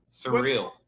surreal